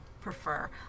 prefer